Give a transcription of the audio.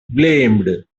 blamed